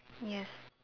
yes